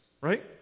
right